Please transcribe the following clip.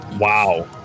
Wow